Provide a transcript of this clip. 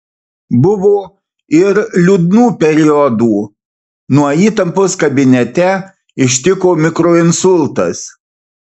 buvo ir liūdnų periodų nuo įtampos kabinete ištiko mikroinsultas